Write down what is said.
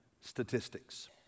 statistics